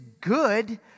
good